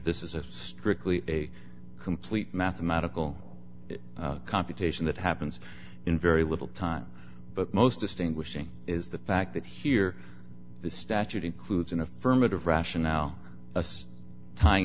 this is strictly a complete mathematical computation that happens in very little time but most distinguishing is the fact that here the statute includes an affirmative rationale as tying